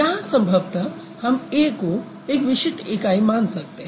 यहाँ संभवतः हम a को एक विशिष्ट इकाई मान सकते हैं